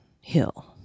hill